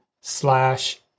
slash